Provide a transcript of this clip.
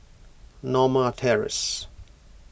Norma Terrace